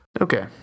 Okay